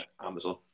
amazon